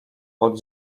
pod